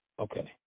okay